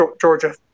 Georgia